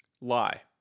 Lie